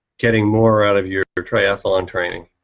getting more out of your your triathlon training.